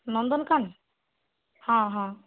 ନନ୍ଦନକାନନ ହଁ ହଁ